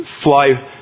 fly